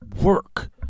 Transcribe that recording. work